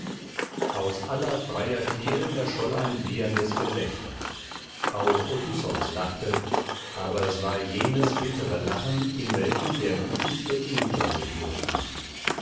aus aller freier kehlen erscholl ein wieherndes gelächter auch odysseus lachte aber es war jenes bittere lachen in welchem der wütendste ingrimm sich luft macht